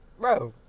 bro